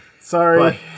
sorry